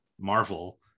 Marvel